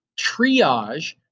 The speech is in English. triage